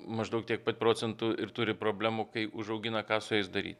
maždaug tiek pat procentų ir turi problemų kai užaugina ką su jais daryt